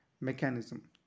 Mechanism